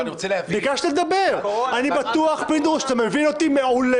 אני בטוח שאתה מבין אותי מעולה.